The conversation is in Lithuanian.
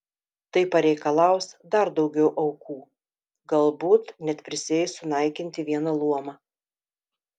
tai pareikalaus dar daugiau aukų galbūt net prisieis sunaikinti vieną luomą